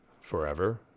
forever